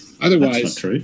Otherwise